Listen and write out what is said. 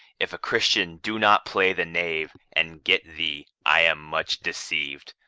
if a christian do not play the knave and get thee, i am much deceived.